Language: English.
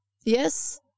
Yes